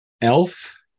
Elf